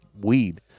weed